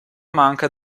manca